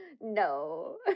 No